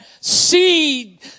seed